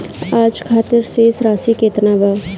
आज खातिर शेष राशि केतना बा?